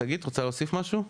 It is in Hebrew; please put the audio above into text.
טוב שגית רוצה להוסיף משהו?